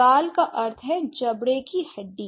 गाल का अर्थ है जबड़े की हड्डी